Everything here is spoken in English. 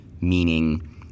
meaning